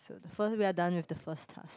so first we are done with the first task